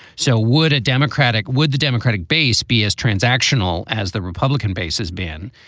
so would a democratic would the democratic base be as transactional as the republican base has been?